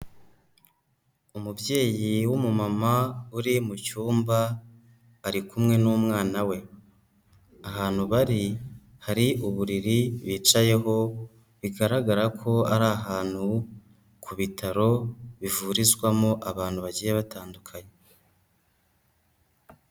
Umubyeyi w'umumama uri mu cyumba ari kumwe n'umwana we, ahantu bari hari uburiri bicayeho, bigaragara ko ari ahantu ku bitaro bivurizwamo abantu bagiye batandukanye.